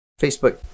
facebook